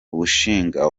umushinga